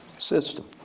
system.